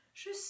je